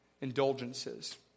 indulgences